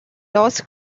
lost